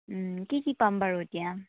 কি কি পাম বাৰু এতিয়া